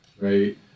right